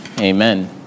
Amen